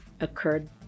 occurred